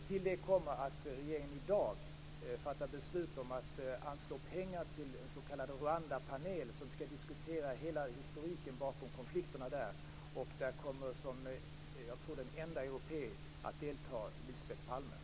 Till detta kommer att regeringen i dag har fattat beslut om att anslå pengar till en s.k. Ruwandapanel som skall diskutera hela historiken bakom konflikterna. Som enda europé kommer Lisbeth Palme att delta.